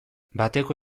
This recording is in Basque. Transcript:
bateko